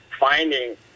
Finding